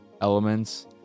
elements